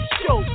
show